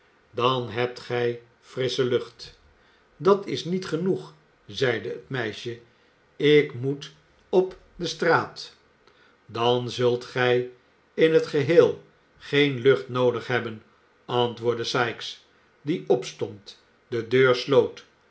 dan hebt gij frissche lucht dat is niet genoeg zeide het meisje ik moet op de straat dan zult gij in t geheel geen lucht noodig hebi ben antwoordde sikes die ops ond de deur sloot